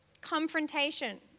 confrontation